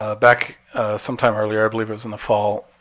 ah back sometime earlier, i believe it was in the fall,